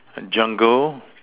jungle